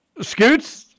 Scoots